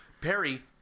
Perry